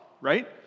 right